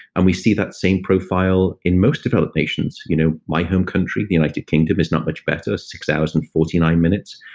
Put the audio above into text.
and we see that same profile in most developed nations. you know my home country, the united kingdom is not much better, six hours and forty nine minutes.